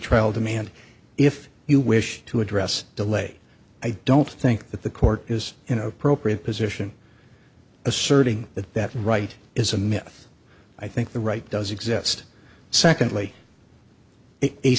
trial demand if you wish to address delay i don't think that the court is you know appropriate position asserting that that right is a myth i think the right does exist secondly